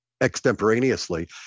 extemporaneously